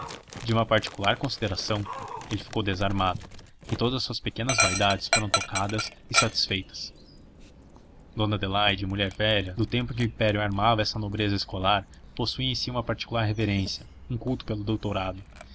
de uma particular consideração ele ficou desarmado e todas as suas pequenas vaidades foram trocadas e satisfeitas dona adelaide mulher velha do tempo em que o império armava essa nobreza escolar possuía em si uma particular reverência um culto pelo doutorado